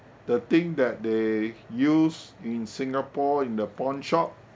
the thing that they use in singapore in the pawnshop